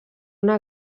una